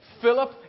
Philip